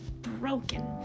broken